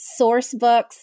Sourcebooks